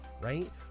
right